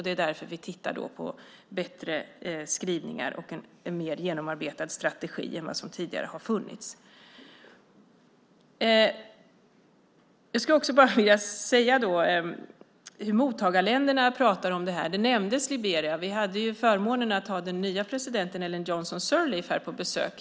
Det är därför vi tittar på bättre skrivningar och en mer genomarbetad strategi än tidigare. Jag skulle också vilja säga något om hur mottagarländerna pratar om detta. Liberia nämndes. Vi hade förmånen att ha den nya presidenten, Ellen Johnson-Sirleaf, här på besök.